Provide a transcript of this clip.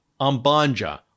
Ambanja